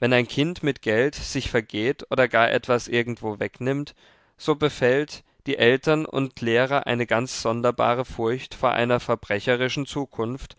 wenn ein kind mit geld sich vergeht oder gar etwas irgendwo wegnimmt so befällt die eltern und lehrer eine ganz sonderbare furcht vor einer verbrecherischen zukunft